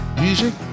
music